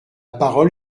parole